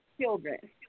children